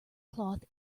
cloth